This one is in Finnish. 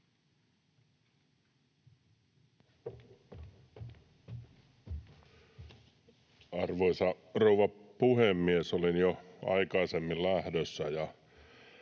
Arvoisa rouva puhemies! Olin jo aikaisemmin lähdössä